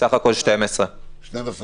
סך הכול 12. 12 מיליון.